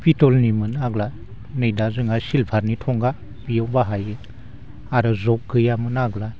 पिटलनिमोन आगोल नै दा जोंहा सिलभारनि थंगा बेयाव बाहायो आरो जग गैयामोन आगोलो